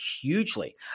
hugely